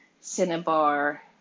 Cinnabar